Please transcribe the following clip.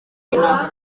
indwara